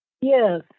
Yes